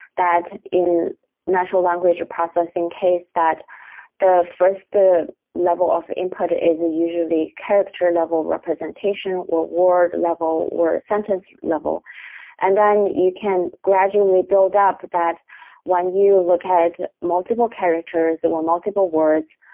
that in natural language processing case that the first ah level of input is a usually character level representation, or word level, or sentence level and then you can gradually build up that when you look at multiple characters, or multiple words,